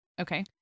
Okay